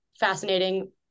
fascinating